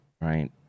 right